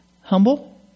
Humble